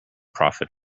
profit